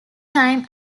time